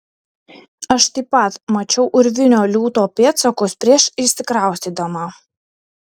aš taip pat mačiau urvinio liūto pėdsakus prieš įsikraustydama